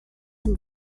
and